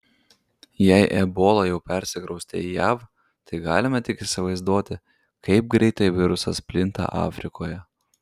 jei ebola jau persikraustė į jav tai galime tik įsivaizduoti kaip greitai virusas plinta afrikoje